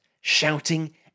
shouting